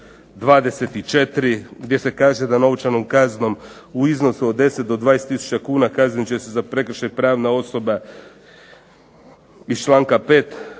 24. gdje se kaže da novčanom kaznom u iznosu od 10 do 20 tisuća kuna kaznit će se za prekršaj pravna osoba iz članka 5.